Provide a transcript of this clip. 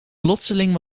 plotseling